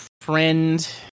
friend